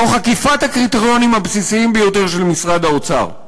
תוך עקיפת הקריטריונים הבסיסיים ביותר של משרד האוצר.